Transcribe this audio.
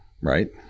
right